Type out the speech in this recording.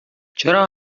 چرا